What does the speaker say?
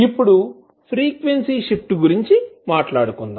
ఇప్పుడు frequency shift గురించి మాట్లాడుకుందాం